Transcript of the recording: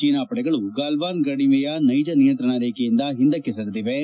China ಪಡೆಗಳು ಗಲ್ಲಾನ್ ಕಣಿವೆಯ ನೈಜ ನಿಯಂತ್ರಣ ರೇಖೆಯಿಂದ ಹಿಂದಕ್ಕೆ ಸರಿದಿವೆ